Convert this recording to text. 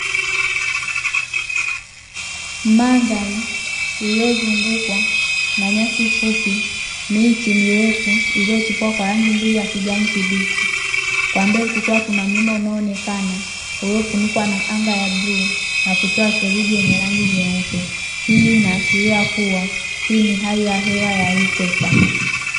Mandhari iliyozungukwa na nyasi fupi, miti mirefu iliyochipua kwa rangi nzuri ya kijani kibichi, kwa mbele kukiwa na mlima unaonekana uliofunikwa na anga ya bluu na kutoa theruji yenye rangi nyeupe. Hii inaashiria kuwa hii ni hali ya hewa ya ikweta.